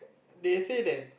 they say that